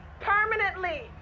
Permanently